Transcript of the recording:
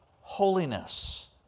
holiness